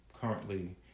currently